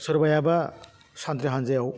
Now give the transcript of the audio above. सोरबायाबा सान्थ्रि हान्जायाव